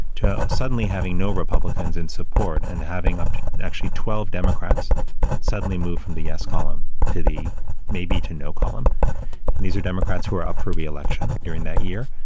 to suddenly having no republicans in support and having up to actually twelve democrats suddenly moved from the yes column to the maybe to no column. and these are democrats who are up for re-election during that year,